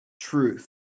truth